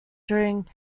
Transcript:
during